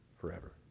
forever